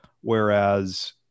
whereas